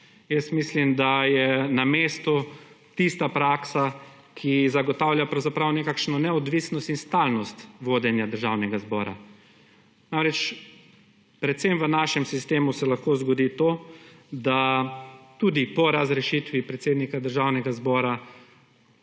Jaz mislim, da je na mestu tista praksa, ki zagotavlja pravzaprav nekakšno neodvisnost in stalnost vodenja Državnega zbora. Namreč, predvsem v našem sistemu se lahko zgodi to, da tudi po razrešitvi predsednika Državnega zbora